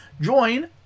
join